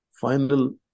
final